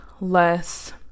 less